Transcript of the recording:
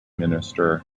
minister